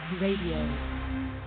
Radio